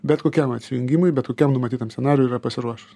bet kokiam atsijungimui bet kokiam numatytam scenarijui yra pasiruošus